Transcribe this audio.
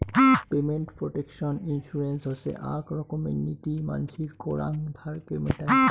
payment protection insurance হসে আক রকমের নীতি মানসির করাং ধারকে মেটায়